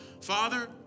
Father